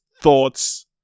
thoughts